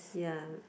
ya